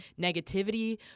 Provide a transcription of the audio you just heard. negativity